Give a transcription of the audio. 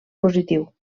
positiu